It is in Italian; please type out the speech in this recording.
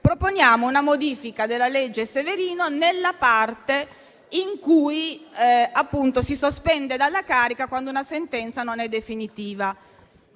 proponiamo una modifica della legge Severino nella parte in cui si sospende dalla carica l'indagato quando una sentenza non è definitiva.